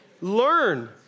learn